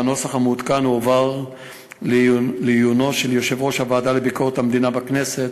והנוסח המעודכן הועבר לעיונו של יושב-ראש הוועדה לביקורת המדינה בכנסת,